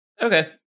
Okay